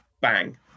bang